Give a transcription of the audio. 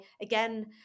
again